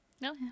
No